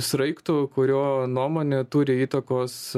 sraigtų kurio nuomonė turi įtakos